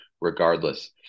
regardless